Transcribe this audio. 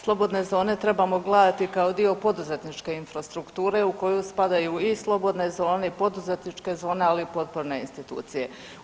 Slobodne zone trebamo gledati kao dio poduzetničke infrastrukture u koju spadaju i slobodne zone i poduzetničke zone ali i potporne institucije.